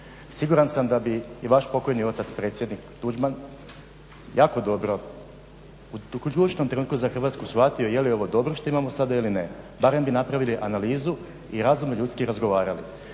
Siguran sam da bi i vaš pokojni otac, predsjednik Tuđman jako dobro u ključnom trenutku za Hrvatsku shvatio je li ovo dobro što imamo sada ili ne. Barem bi napravili analizu i razumno ljudski razgovarali.